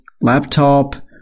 laptop